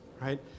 right